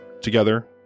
Together